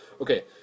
Okay